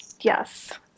Yes